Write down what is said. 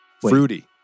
Fruity